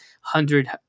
hundred